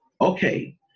Okay